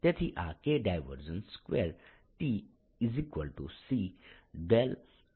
તેથી આ k2TC∂T∂t બને છે